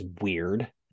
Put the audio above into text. weird